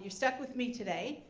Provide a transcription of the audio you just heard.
you're stuck with me today.